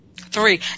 Three